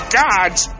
gods